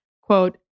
quote